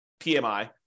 PMI